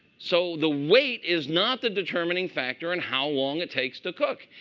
so the weight is not the determining factor in how long it takes to cook.